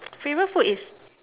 favourite food is